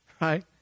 right